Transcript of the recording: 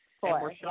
Four